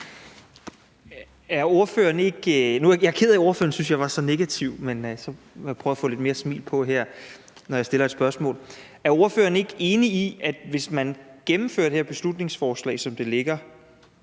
Frederik Vad (S): Jeg er ked af, at ordføreren syntes, jeg var så negativ, men så må jeg prøve at få lidt mere smil på her, når jeg stiller et spørgsmål. Er ordføreren ikke enig i, at hvis man gennemfører det her beslutningsforslag, som det ligger